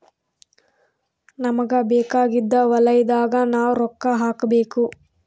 ನಮಗ ಬೇಕಾಗಿದ್ದ ವಲಯದಾಗ ನಾವ್ ರೊಕ್ಕ ಹಾಕಬೇಕು